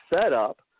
setup